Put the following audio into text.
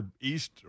East